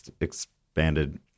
expanded